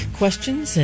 questions